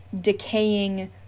decaying